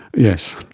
yes,